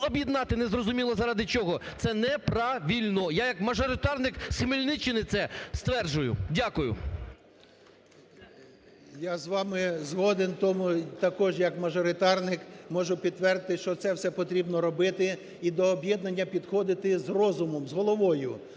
об'єднати не зрозуміло заради чого, це неправильно. Я як мажоритарник з Хмельниччини це стверджую. Дякую. 16:21:38 ФЕДОРУК М.Т. Я з вами згоден, тому також як мажоритарник можу підтвердити, що це все потрібно робити і до об'єднання підходити з розумом, з головою.